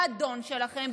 באדון שלכם,